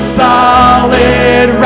solid